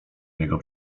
niego